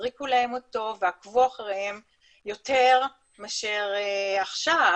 הזריקו להם אותו ועקבו אחריהם יותר מאשר עכשיו,